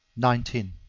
nineteen.